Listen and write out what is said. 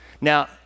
Now